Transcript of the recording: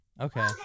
okay